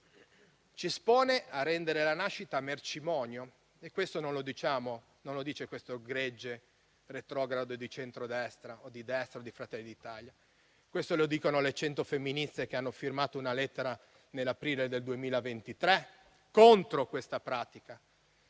Ci espone a rendere la nascita un mercimonio. Questo non lo diciamo noi. Non lo dice questo gregge retrogrado di centrodestra, di destra o di Fratelli d'Italia. Questo lo dicono le cento femministe che hanno firmato una lettera, nell'aprile del 2023, contro questa pratica.